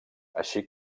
així